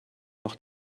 noch